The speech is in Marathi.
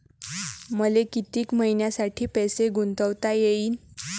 मले कितीक मईन्यासाठी पैसे गुंतवता येईन?